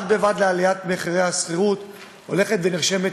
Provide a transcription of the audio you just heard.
בד בבד עם עליית מחירי השכירות הולכת ונרשמת